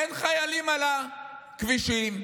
אין חיילים על הכבישים,